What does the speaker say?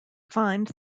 find